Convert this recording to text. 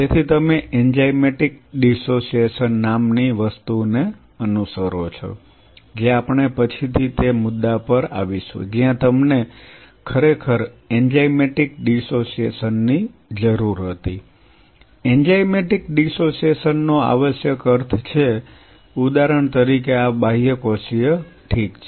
તેથી તમે enzymatic dissociation નામની વસ્તુને અનુસરો છો જે આપણે પછીથી તે મુદ્દા પર આવીશું જ્યાં તમને ખરેખર એન્ઝાઇમેટિક ડિસોસીએશન ની જરૂર હતી એન્ઝાઇમેટિક ડિસોસીએશન નો આવશ્યક અર્થ છે ઉદાહરણ તરીકે આ બાહ્યકોષીય ઠીક છે